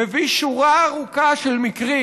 מביא שורה ארוכה של מקרים.